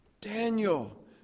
Daniel